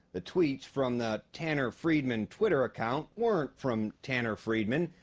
the tweets, from that tanner friedman twitter account weren't from tanner friedman.